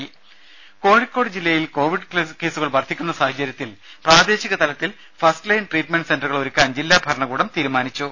രുമ കോഴിക്കോട് ജില്ലയിൽ കോവിഡ് കേസുകൾ വർധിക്കുന്ന സാഹചര്യത്തിൽ പ്രാദേശികതലത്തിൽ ഫസ്റ്റ്ലൈൻ ട്രീറ്റ്മെന്റ് സെന്ററുകൾ ഒരുക്കാൻ ജില്ലാ ഭരണകൂടം തീരുമാനിച്ചു